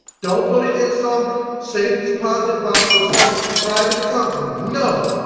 don't put it in some safe deposit box of some private company no!